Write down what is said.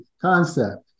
concept